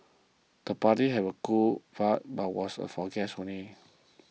the party had a cool vibe but was a for guests only